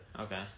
Okay